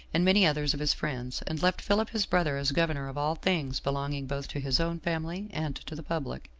and many others of his friends, and left philip his brother as governor of all things belonging both to his own family and to the public.